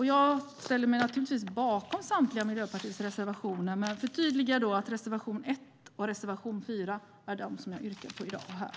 Jag står naturligtvis bakom Miljöpartiets samtliga reservationer, men jag yrkar bifall till reservationerna 1 och 4.